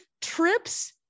trips